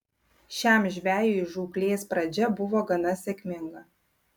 šiam žvejui žūklės pradžia buvo gana sėkminga